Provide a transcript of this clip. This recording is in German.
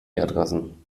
adressen